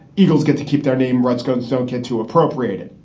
eagles get to keep their name redskins don't get too appropriated.